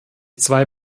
zwei